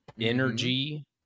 energy